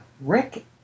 Rick